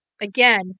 Again